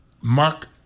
mark